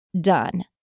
done